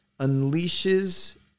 unleashes